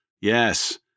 Yes